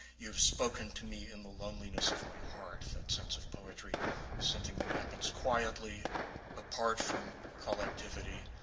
you've spoken to me in the loneliness of my heart. that sense of poetry is something that happens quietly apart from collectivity,